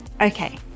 Okay